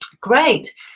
great